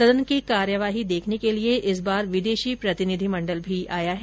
सदन की कार्यवाही देखने के लिए इस बार विदेशी प्रतिनिधि मंडल भी आया है